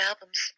albums